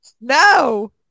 No